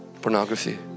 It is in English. pornography